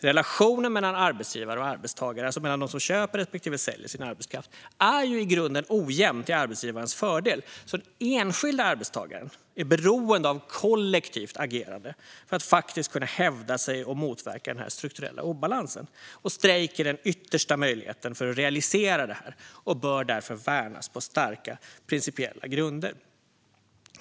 Relationen mellan arbetsgivare och arbetstagare - alltså mellan dem som köper respektive säljer sin arbetskraft - är ju i grunden ojämn till arbetsgivarens fördel. Den enskilde arbetstagaren är beroende av kollektivt agerande för att faktiskt kunna hävda sig och motverka denna strukturella obalans. Strejk är den yttersta möjligheten att realisera detta och bör därför värnas på starka principiella grunder.